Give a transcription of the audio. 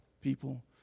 people